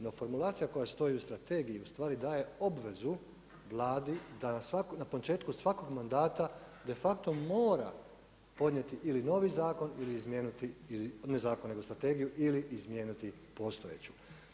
No formulacija koja stoji u strategiji ustvari daje obvezu Vladi da na početku svakog mandata de facto mora podnijeti novi zakon ili izmijeniti, ne zakon nego strategiju, ili izmijenit postojeću.